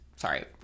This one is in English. Sorry